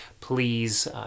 please